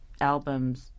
Albums